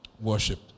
Worship